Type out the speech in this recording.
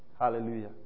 Hallelujah